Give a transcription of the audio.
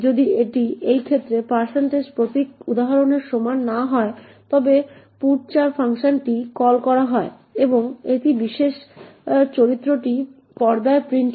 যদি এটি এই ক্ষেত্রে প্রতীক উদাহরণের সমান না হয় তবে পুটচার ফাংশনটি কল করা হয় এবং সেই বিশেষ চরিত্রটি পর্দায় প্রিন্ট হয়